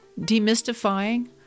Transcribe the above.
demystifying